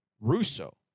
Russo